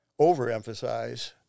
overemphasize